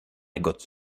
got